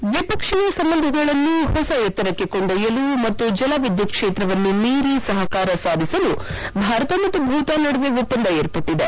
head ದ್ದಿಪಕ್ಷೀಯ ಸಂಬಂಧಗಳನ್ನು ಹೊಸ ಎತ್ತರಕ್ಕೆ ಕೊಂಡೊಯ್ಯಲು ಮತ್ತು ಜಲ ವಿದ್ದುತ್ ಕ್ಷೇತ್ರವನ್ನು ಮೀರಿ ಸಹಕಾರ ಸಾಧಿಸಲು ಭಾರತ ಮತ್ತು ಭೂತಾನ್ ನಡುವೆ ಒಪ್ಪಂದ ಏರ್ಪಟ್ಟಿದೆ